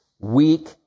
weak